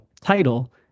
title